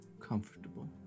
comfortable